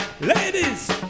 Ladies